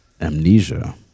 amnesia